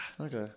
Okay